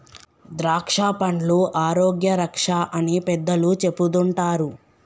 ద్రాక్షపండ్లు ఆరోగ్య రక్ష అని పెద్దలు చెపుతుంటారు